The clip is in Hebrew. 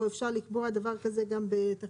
או אפשר לקבוע דבר כזה בתקנות.